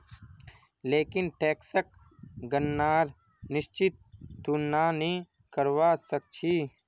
लेकिन टैक्सक गणनार निश्चित तुलना नी करवा सक छी